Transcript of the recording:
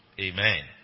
Amen